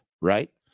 right